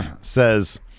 says